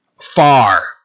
far